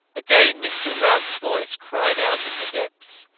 again mr. routs voice cried out in the depths,